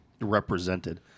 represented